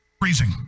Freezing